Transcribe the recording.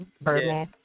Birdman